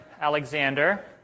Alexander